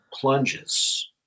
plunges